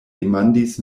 demandis